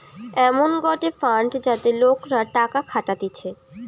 এমন গটে ফান্ড যাতে লোকরা টাকা খাটাতিছে